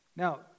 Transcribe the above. Now